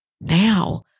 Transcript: Now